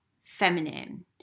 feminine